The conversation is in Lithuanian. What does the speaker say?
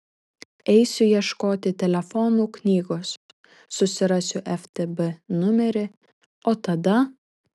eisiu ieškoti telefonų knygos susirasiu ftb numerį o tada